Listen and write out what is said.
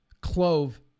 clove